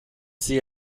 sie